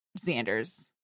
Xander's